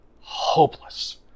hopeless